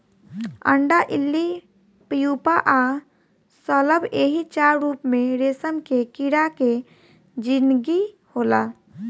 अंडा इल्ली प्यूपा आ शलभ एही चार रूप में रेशम के कीड़ा के जिनगी होला